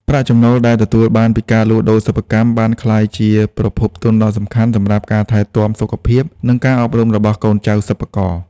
ប្រាក់ចំណូលដែលទទួលបានពីការលក់សិប្បកម្ម បានក្លាយជាប្រភពទុនដ៏សំខាន់សម្រាប់ការថែទាំសុខភាព និងការអប់រំរបស់កូនចៅសិប្បករ។